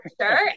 sure